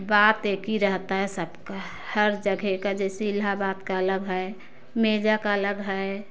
बात एक ही रहता है सबका हर जगह का जैसे इलाहाबाद का अलग है मेजा का अलग है